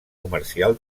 comercial